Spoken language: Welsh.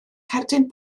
cerdyn